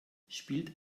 spielt